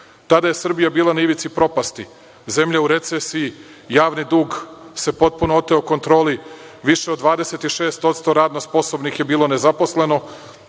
Tada je Srbija bila na ivici propasti, zemlja u recesiji, javni dug se potpuno oteo kontroli, više od 26% radno sposobnih je bilo nezaposleno,